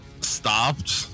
stopped